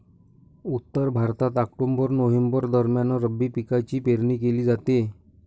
उत्तर भारतात October November दरम्यान रब्बी पिकांची पेरणी केली जाते